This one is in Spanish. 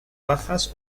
bajas